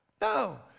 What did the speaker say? No